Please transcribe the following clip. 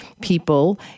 people